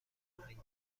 فرهنگی